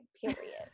period